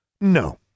No